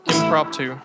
Impromptu